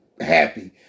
happy